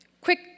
Quick